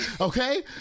Okay